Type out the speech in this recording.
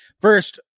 first